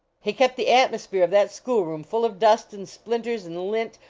he kept the atmosphere of that school-room full of dust, and splinters, and lint,